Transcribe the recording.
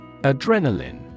Adrenaline